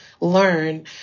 learn